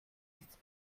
nichts